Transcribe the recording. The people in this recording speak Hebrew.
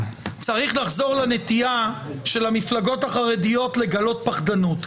213. צריך לחזור לנטייה של המפלגות החרדיות לגלות פחדנות.